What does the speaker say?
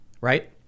right